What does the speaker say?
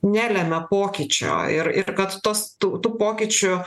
nelemia pokyčio ir ir kad tos tų tų pokyčių